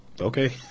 okay